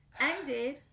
ended